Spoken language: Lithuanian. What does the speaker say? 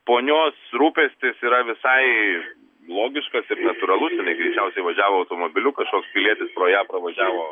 ponios rūpestis yra visai logiškas ir natūralus jinai greičiausiai važiavo automobiliu kažkoks pilietis pro ją pravažiavo